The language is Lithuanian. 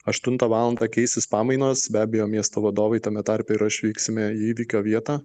aštuntą valandą keisis pamainos be abejo miesto vadovai tame tarpe ir aš vyksime į įvykio vietą